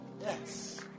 Yes